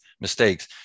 mistakes